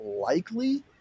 likely